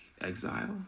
exile